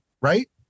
right